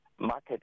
market